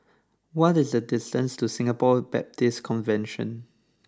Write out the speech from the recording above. what is the distance to Singapore Baptist Convention